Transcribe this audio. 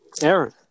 Aaron